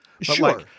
Sure